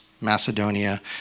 Macedonia